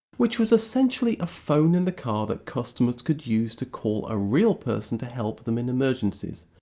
which was essentially a phone in the car that customers could use to call a real person to help them in emergencies,